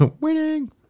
Winning